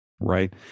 Right